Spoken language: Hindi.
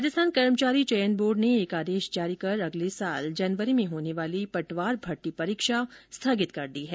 राजस्थान कर्मचारी चयन बोर्ड ने एक आदेश जारी कर अगले साल जनवरी में होने वाली पटवार भर्ती परीक्षा स्थगित कर दी है